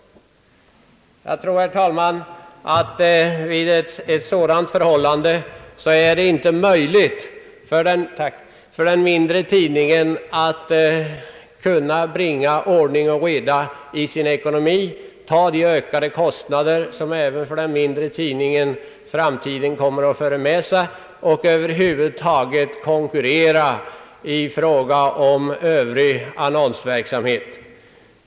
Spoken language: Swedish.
Jag anser, herr talman, att vid ett sådant förhållande är det inte möjligt för den mindre tidningen att bringa ordning och reda i sin ekonomi, att ta de ökade kostnader som framtiden kommer att föra med sig även för den mindre tidningen och att över huvud taget konkurrera i fråga om Övrig annonsverksamhet.